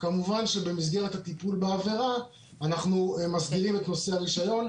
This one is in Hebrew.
כמובן שבמסגרת הטיפול בעבירה אנחנו מסדירים את נושא הרישיון,